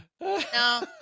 No